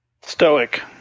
Stoic